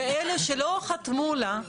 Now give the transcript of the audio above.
ואלה שלא חתמו לה,